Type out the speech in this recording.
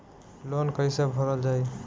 Loan कैसे भरल जाइ?